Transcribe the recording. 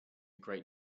great